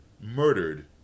murdered